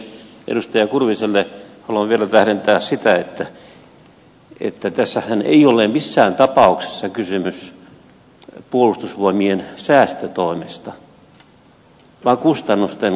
edustaja kurviselle haluan vielä tähdentää sitä että tässähän ei ole missään tapauksessa kysymys puolustusvoimien säästötoimesta vaan kustannusten kasvattamisesta